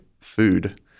food